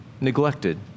neglected